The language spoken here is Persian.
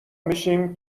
میشیم